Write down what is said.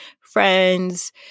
friends